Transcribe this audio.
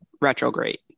retrograde